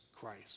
Christ